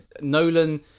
Nolan